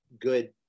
good